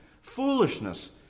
Foolishness